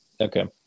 Okay